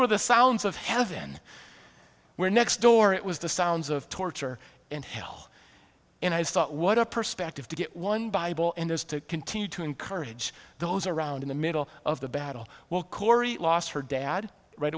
were the sounds of heaven were next door it was the sounds of torture and hell and i thought what a perspective to get one bible and there's to continue to encourage those around in the middle of the battle well corey lost her dad right